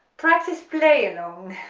practice play along,